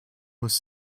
muss